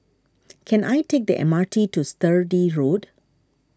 can I take the M R T to Sturdee Road